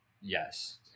Yes